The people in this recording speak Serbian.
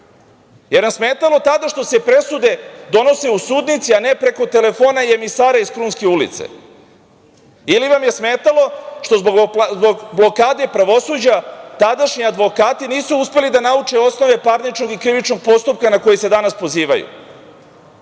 li vam je smetalo tada što se presude donose u sudnici, a ne preko telefona i emisara iz Krunske ulice ili vam je smetalo što zbog blokade pravosuđa tadašnji advokati nisu uspeli da nauče osnove parničnog i krivičnog postupka na koji se danas pozivaju? Mislim